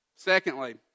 Secondly